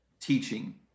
teaching